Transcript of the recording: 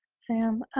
sam,